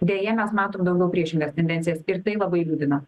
deja mes matom daugiau priešingas tendencijas ir tai labai liūdina